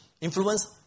influence